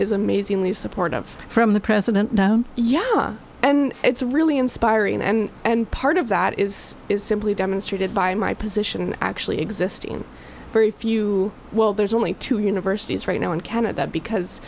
is amazingly supportive from the president yeah and it's really inspiring and and part of that is is simply demonstrated by my position actually exist in very few well there's only two universities right now in canada because